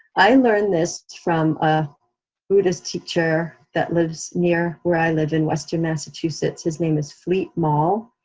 i learned this from a buddhist teacher that lives near where i live in western massachusetts. his name is fleet maull,